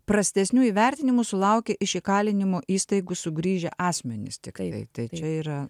prastesnių įvertinimų sulaukė iš įkalinimo įstaigų sugrįžę asmenys tiktai tai čia yra